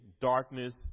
Darkness